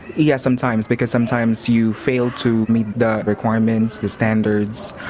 yes sometimes. because sometimes you fail to meet the requirements, the standards,